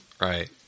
Right